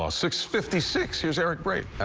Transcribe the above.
ah six fifty six. here's eric braate.